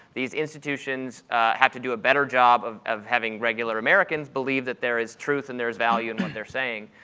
these institutions have to do a better job of of having regular americans believe that there is truth and there is value in what they're saying.